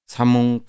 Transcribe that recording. Samung